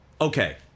okay